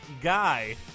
guy